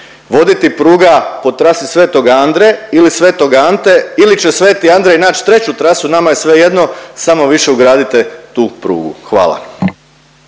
voditi pruga po trasi sv. Andrej ili sv. Ante ili će sv. Andrej naći treći trasu, nama je svejedno, samo više ugradite tu prugu. Hvala.